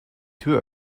tür